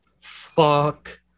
fuck